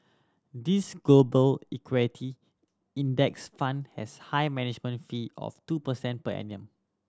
this Global Equity Index Fund has high management fee of two percent per annum